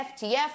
FTF